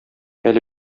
әле